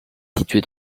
située